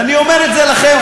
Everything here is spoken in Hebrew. ואני אומר את זה לכם,